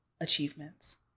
achievements